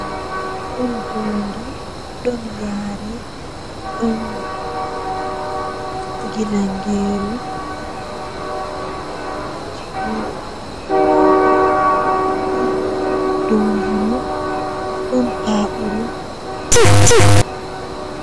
Taalel taalel jannata booyel, Woodi bambaado feere odon joodi haa saare maako saare maako haa kombi ladde nyende odo joodi sei onani gimol feere beldum don wurta egaa ladde man ovi kai gimol do weli am hami yaha mi laara moijo on fuufata gimol algaita do, Nde o yahi sei olaari bingel feere ni bongel, Be joodi be yewti egaa bawo be bangi be danyi bikkon mbotkon.